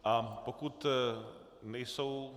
A pokud nejsou...